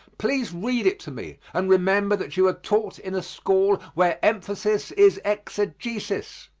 please read it to me, and remember that you are taught in a school where emphasis is exegesis.